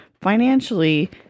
financially